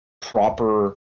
proper